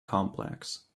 complex